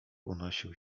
unosił